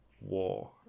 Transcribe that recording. War